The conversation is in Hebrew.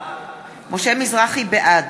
בעד